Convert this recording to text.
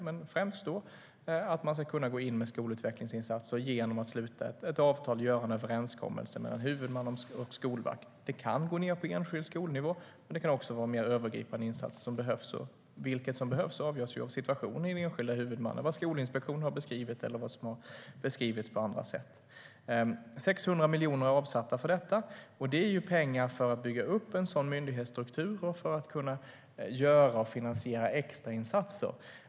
Då ska man kunna gå in med skolutvecklingsinsatser genom att sluta ett avtal eller en överenskommelse mellan huvudmannen och Skolverket. Det kan gå ned på enskild skolnivå, men det kan också vara en mer övergripande insats som behövs. Vilken insats som behövs avgörs av vad Skolinspektionen har beskrivit eller vad som har beskrivits på andra sätt. 600 miljoner är avsatta för att bygga upp en sådan myndighetsstruktur och för att kunna göra och finansiera extrainsatser.